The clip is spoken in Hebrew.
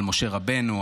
על משה רבנו,